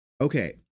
Okay